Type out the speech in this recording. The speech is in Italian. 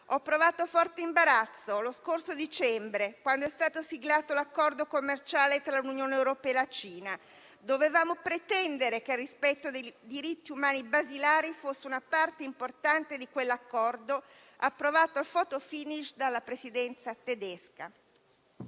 ho provato forte imbarazzo, lo scorso dicembre, quando è stato siglato l'accordo commerciale tra l'Unione europea e la Cina. Dovevamo pretendere che il rispetto dei diritti umani basilari fosse una parte importante di quell'accordo, approvato al *fotofinish* dalla presidenza tedesca,